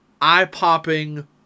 eye-popping